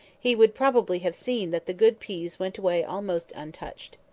he would probably have seen that the good peas went away almost untouched.